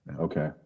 Okay